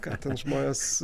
ką ten žmonės